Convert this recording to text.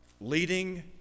Leading